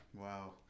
Wow